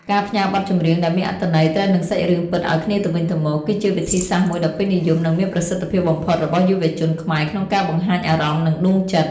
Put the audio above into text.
ការផ្ញើបទចម្រៀងដែលមានអត្ថន័យត្រូវនឹងសាច់រឿងពិតឱ្យគ្នាទៅវិញទៅមក គឺជាវិធីសាស្ត្រមួយដ៏ពេញនិយម និងមានប្រសិទ្ធភាពបំផុតរបស់យុវជនខ្មែរក្នុងការបង្ហាញអារម្មណ៍ និងដួងចិត្ត។